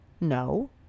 no